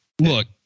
look